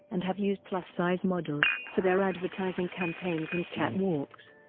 and have used plus-size models for their advertising campaigns and catwalks.